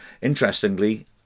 Interestingly